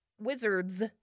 Wizards